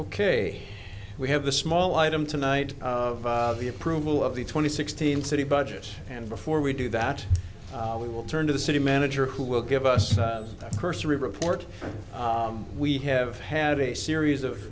ok we have a small item tonight of the approval of the twenty sixteen city budget and before we do that we will turn to the city manager who will give us a cursory report we have had a series of